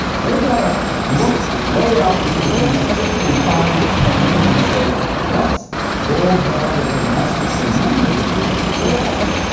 they've got to look way out into the future, typically five, ten years, and say what's worldwide or domestic demand going to be for flying?